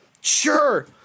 Sure